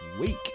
week